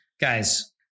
guys